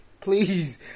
Please